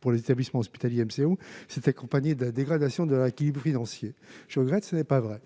pour les établissements hospitaliers MCO s'est accompagnée de la dégradation de leur équilibre financier ». Je regrette, mais ce n'est pas vrai !